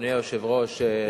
אדוני היושב-ראש,